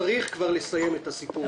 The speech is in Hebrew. צריך כבר לסיים את הסיפור הזה.